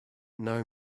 know